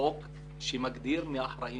חוק שמגדיר מי האחראי